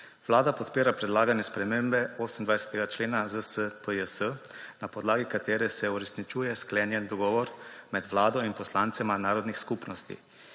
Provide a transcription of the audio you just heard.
Vlada podpira predlagane spremembe 28. člen ZSPJS, na podlagi katere se uresničuje sklenjen dogovor med Vlado in poslancema narodnih skupnosti.